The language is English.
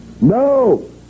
No